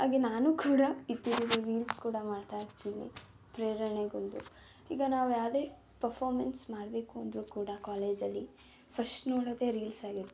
ಹಾಗೆ ನಾನು ಕೂಡ ಇತ್ತೀಚೆಗೆ ರೀಲ್ಸ್ ಕೂಡ ಮಾಡ್ತಾಯಿರ್ತೀನಿ ಪ್ರೇರಣೆಗೊಂಡು ಈಗ ನಾವು ಯಾವುದೇ ಪರ್ಫಾರ್ಮೆನ್ಸ್ ಮಾಡಬೇಕು ಅಂದರು ಕೂಡ ಕಾಲೇಜಲ್ಲಿ ಫಶ್ಟ್ ನೋಡೋದೇ ರೀಲ್ಸ್ ಆಗಿರುತ್ತೆ